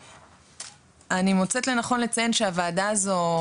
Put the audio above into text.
אני מוצאת לנכון לציין שהוועדה הזו,